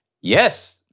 yes